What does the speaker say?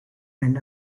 and